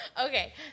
Okay